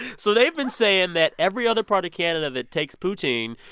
so they've been saying that every other part of canada that takes poutine,